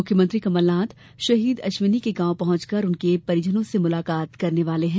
मुख्यमंत्री कमलनाथ शहीद अश्विनी के गांव पहुंचकर उनके परिवार से मुलाकात करने वाले हैं